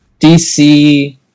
DC